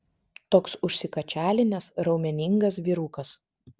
toks užsikačialinęs raumeningas vyrukas